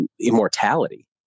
immortality